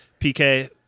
PK